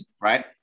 right